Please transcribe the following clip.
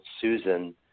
Susan